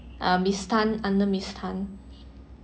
uh miss Tan under miss Tan